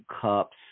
Cups